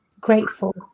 grateful